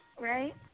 Right